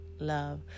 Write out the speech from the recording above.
love